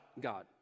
God